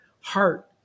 heart